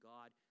God